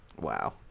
Wow